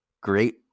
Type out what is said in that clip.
great